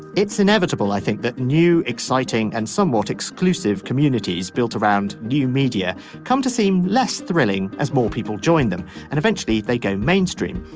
it's inevitable i think that new exciting and somewhat exclusive communities built around new media come to seem less thrilling as more people join them and eventually they go mainstream.